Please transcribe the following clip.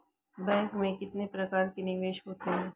Bank में कितने प्रकार के निवेश होते हैं?